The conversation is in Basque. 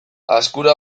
azkura